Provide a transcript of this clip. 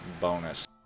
bonus